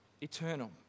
eternal